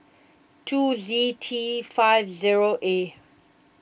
two Z T five zero A